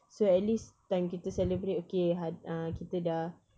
so at least time kita celebrate okay ha~ uh kita dah